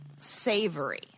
Savory